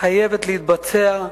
חייבות להתבצע,